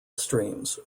streams